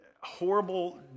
horrible